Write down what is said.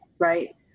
right